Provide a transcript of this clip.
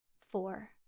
Four